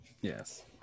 Yes